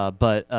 ah but